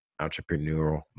entrepreneurial